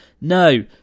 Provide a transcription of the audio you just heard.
No